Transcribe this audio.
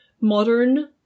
modern